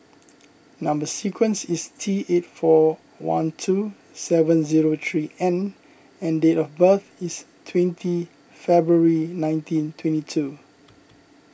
Number Sequence is T eight four one two seven zero three N and date of birth is twenty February nineteen twenty two